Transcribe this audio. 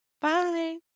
Bye